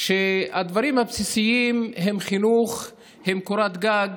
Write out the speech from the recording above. שהדברים הבסיסיים הם חינוך, קורת גג,